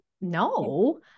No